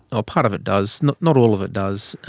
ah part of it does, not not all of it does.